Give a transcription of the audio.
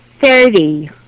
Thirty